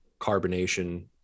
carbonation